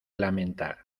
lamentar